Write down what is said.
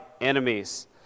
enemies